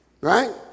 Right